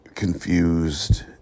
confused